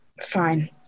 Fine